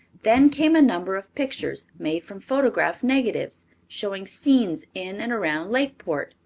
then came a number of pictures made from photograph negatives, showing scenes in and around lakeport.